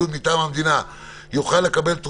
אצל המבודדים.